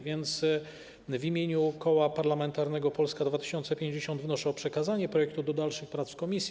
W imieniu Koła Parlamentarnego Polska 2050 wnoszę o przekazanie projektu do dalszych prac w komisji.